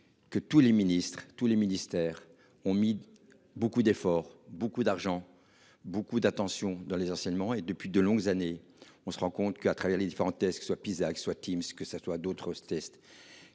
que tous les ministres, tous les ministères ont mis beaucoup d'efforts, beaucoup d'argent, beaucoup d'attention dans les enseignements et depuis de longues années. On se rend compte qu'à travers les différents tests que soient pizza que soit Tim ce que ça soit d'autres tests